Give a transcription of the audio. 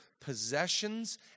possessions